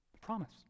promise